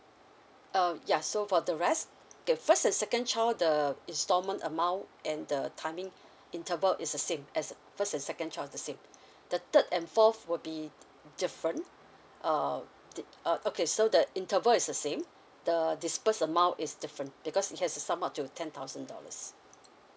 uh yeah so for the rest okay first and second child the installment amount and the timing interval is the same as a first and second child is the same the third and fourth will be different err the uh okay so the interval is the same the disburse amount is different because it has to sum up to ten thousand dollars